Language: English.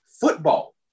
football